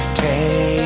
take